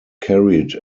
carried